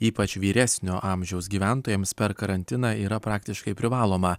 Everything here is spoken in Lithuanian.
ypač vyresnio amžiaus gyventojams per karantiną yra praktiškai privaloma